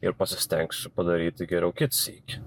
ir pasistengsiu padaryti geriau kitą sykį